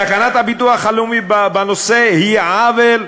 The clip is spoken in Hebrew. תקנת הביטוח הלאומי בנושא היא עוול,